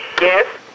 Yes